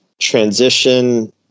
transition